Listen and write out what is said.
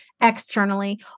externally